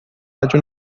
legge